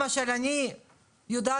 כי שוב,